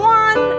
one